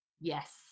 yes